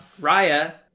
Raya